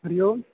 हरिः ओम्